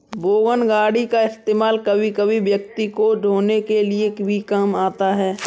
wagon गाड़ी का इस्तेमाल कभी कभी व्यक्ति को ढ़ोने के लिए भी काम आता है